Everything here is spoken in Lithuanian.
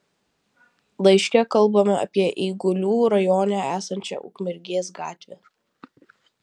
laiške kalbama apie eigulių rajone esančią ukmergės gatvę